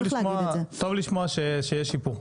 טוב לשמוע שיש שיפור.